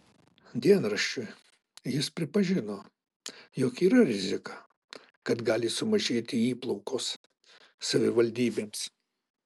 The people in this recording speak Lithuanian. dienraščiui jis pripažino jog yra rizika kad gali sumažėti įplaukos savivaldybėms